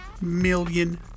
million